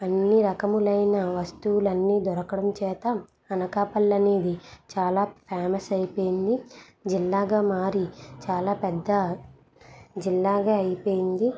అన్ని రకములైన వస్తువులన్నీ దొరకడం చేత అనకాపలి అనేది చాలా ఫేమస్ అయిపోయింది జిల్లాగా మారి చాలా పెద్ద జిల్లాగా అయిపోయింది